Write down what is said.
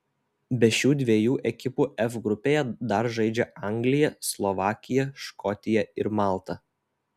be šių dviejų ekipų f grupėje dar žaidžia anglija slovakija škotija ir malta